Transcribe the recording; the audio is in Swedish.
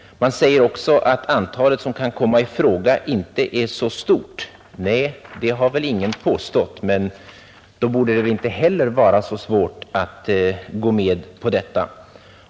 Man säger också att antalet personer som kan komma i fråga inte är så stort. Nej, det har ingen påstått. Men då borde det inte heller vara så svårt att gå med på detta.